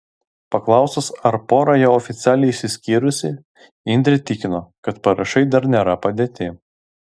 paklausus ar pora jau oficialiai išsiskyrusi indrė tikino kad parašai dar nėra padėti